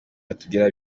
batubwira